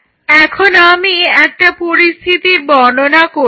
এখন আমি একটা পরিস্থিতির বর্ণনা করছি